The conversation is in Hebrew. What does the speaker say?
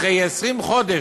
אחרי 20 חודש,